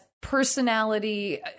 personality